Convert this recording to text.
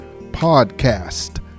podcast